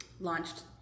launched